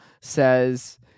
says